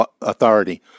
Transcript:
authority